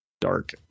dark